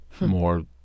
more